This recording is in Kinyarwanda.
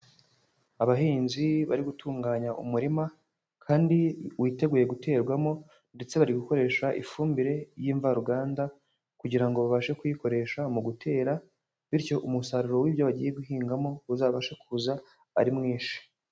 Abahinzi bari gutunganya umurima kandi witeguye guterwamo ndetse bari gukoresha ifumbire y'imvaruganda kugira ngo babashe kuyikoresha mu gutera, bityo umusaruro w'ibyo bagiye guhingamo uzabashe kuza ari mwinshi.